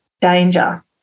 danger